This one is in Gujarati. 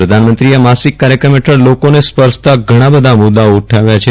પ્રધાનમંત્રીએ આ માસિક કાર્યક્રમ હેઠળ લોકોને સ્પર્શતા ઘણા બધા મુદ્દાઓ ઉઠાવ્યા છે